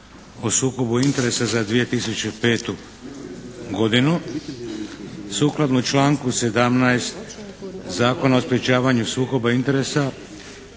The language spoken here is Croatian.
o sukobu interesa za 2005. godinu Sukladno članku 17. Zakona o sprječavanju sukoba interesa